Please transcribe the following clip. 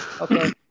Okay